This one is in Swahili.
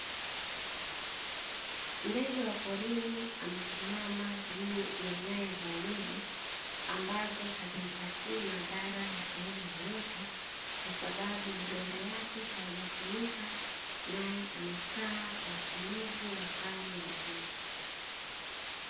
Ndege wa porini amesimama juu ya nyaya za umeme, ambazo hazimpatii madhara ya aina yoyote kwa sababu maganda yake hayajachunika naye amekaa kwa utulivu wa hali ya juu.